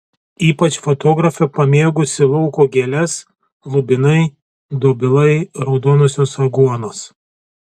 ypač fotografė pamėgusi lauko gėles lubinai dobilai raudonosios aguonos